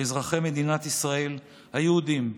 לאזרחי מדינת ישראל היהודים,